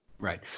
right